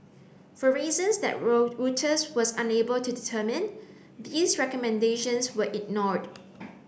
for reasons that roll Reuters was unable to determine these recommendations were ignored